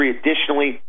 Additionally